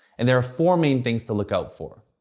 and there are four main things to look out for.